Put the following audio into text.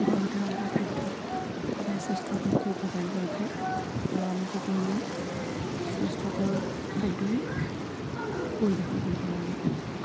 ঘৰতে ৰন্ধা খাদ্য সদায় স্বাস্থ্য উপকাৰী হৈ উঠে আৰু আমি সকলোৱে স্বাস্থ্যকৰ খাদ্যই পৰিৱেশন কৰিব লাগে